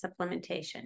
supplementation